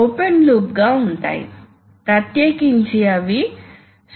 pneumatic cylinder యొక్క చిత్రాన్ని చూడండి